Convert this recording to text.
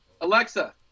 Alexa